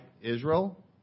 Israel